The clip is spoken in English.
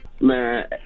Man